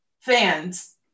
fans